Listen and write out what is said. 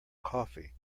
coffee